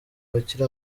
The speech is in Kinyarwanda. bakiri